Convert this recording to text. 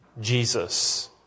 Jesus